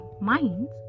minds